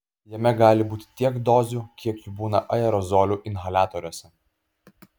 jame gali būti tiek dozių kiek jų būna aerozolių inhaliatoriuose